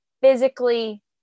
physically